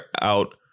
out